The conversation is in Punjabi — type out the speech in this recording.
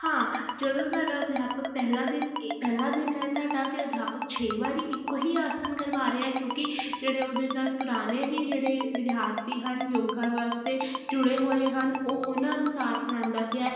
ਹਾਂ ਜਦੋਂ ਤੁਹਾਡਾ ਅਧਿਆਪਕ ਪਹਿਲਾ ਦਿਨ ਪਹਿਲਾ ਦਿਨ ਹੈ ਤਾਡਾ ਤੇ ਅਧਿਆਪਕ ਛੇ ਵਾਰੀ ਇੱਕੋ ਹੀ ਆਸਣ ਕਰਵਾ ਰਿਆ ਕਿਉਂਕੀ ਜਿਹੜੇ ਉਹਦੇ ਨਾਲ ਪੁਰਾਨੇ ਵੀ ਜਿਹੜੇ ਵਿਦਿਆਰਥੀ ਹਨ ਯੋਗਾ ਵਾਸਤੇ ਜੁੜੇ ਹੋਏ ਹਨ ਉਹ ਉਨ੍ਹਾਂ ਅਨੁਸਾਰ ਕਰਾਂਦਾ ਪਿਆ ਐ